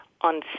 on